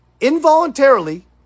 involuntarily